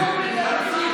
הוא היה צריך לפני ההסתייגות.